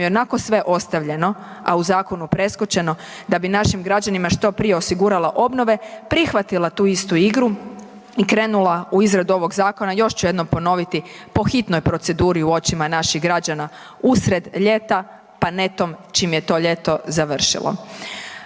je i onako sve ostavljeno, a u zakonu preskočeno da bi našim građanima što prije osiguralo obnove, prihvatila tu istu igru i krenula u izradu ovog zakona, još ću jednom ponoviti, po hitnoj proceduri u očima naših građana usred ljeta, pa netom čim je to ljeto završilo.